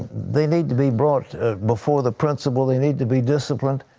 they need to be brought before the principal, they need to be disciplined,